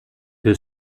que